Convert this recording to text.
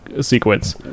sequence